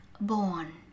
born